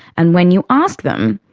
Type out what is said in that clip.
and when you ask them,